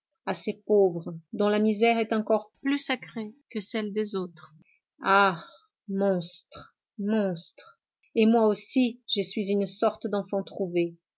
ces pauvres dont la misère est encore plus sacrée que celle des autres ah monstres monstres et moi aussi je suis une sorte d'enfant trouvé